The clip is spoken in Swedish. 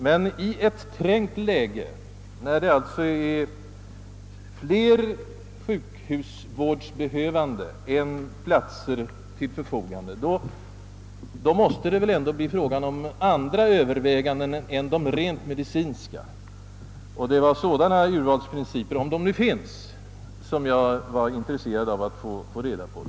Men i ett trängt läge, när det finns mer sjukvårdsbehövande än sjukhusplatser till förfogande, måste det väl ändå bli fråga om andra överväganden än derent medicinska. Jag var sålunda intresserad av att få reda på, om det finns några sådana urvalsprinciper.